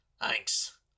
thanks